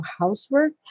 housework